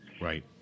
Right